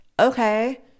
okay